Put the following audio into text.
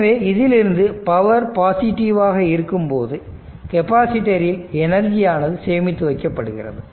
எனவே இதிலிருந்து பவர் பாசிட்டிவாக இருக்கும்போது கெபாசிட்டரில் எனர்ஜியானது சேமித்து வைக்கப்படுகிறது